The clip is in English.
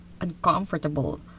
uncomfortable